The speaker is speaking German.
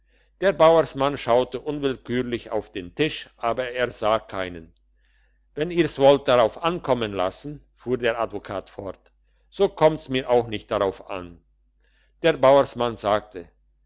der bauersmann schaute unwillkürlich auf den tisch aber er sah keinen wenn ihr's wollt drauf ankommen lassen fuhr der advokat fort so kommt's mir auch nicht drauf an der bauersmann sagte